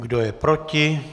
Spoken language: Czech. Kdo je proti?